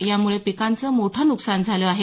यामुळे पिकांचं मोठं नुकसान झालं आहे